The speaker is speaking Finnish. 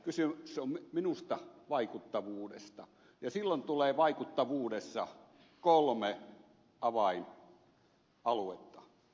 kysymys on minusta vaikuttavuudesta ja silloin tulee vaikuttavuudessa kolme avainaluetta